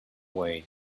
way